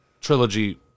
trilogy